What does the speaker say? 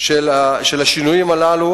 של השינויים הללו